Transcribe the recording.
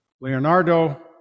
Leonardo